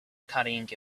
carrying